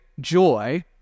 joy